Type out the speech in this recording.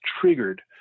triggered